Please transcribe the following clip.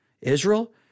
Israel